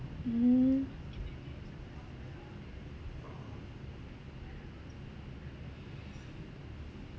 mmhmm